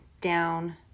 down